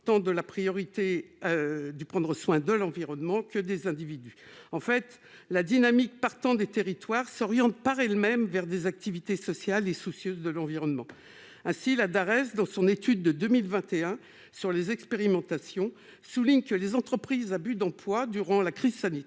tant de la priorité du prendre soin de l'environnement que des individus en fait la dynamique partant des territoires s'oriente par elle-même, vers des activités sociales et soucieuse de l'environnement, ah si la Darès dans son étude de 2021 sur les expérimentations souligne que les entreprises à but d'emploi durant la crise sanitaire,